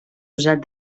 usat